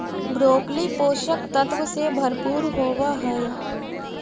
broccoli पोषक तत्व से भरपूर होवऽ हइ